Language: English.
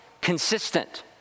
consistent